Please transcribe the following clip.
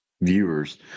viewers